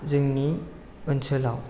जोंनि ओनसोलाव